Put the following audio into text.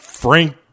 Frank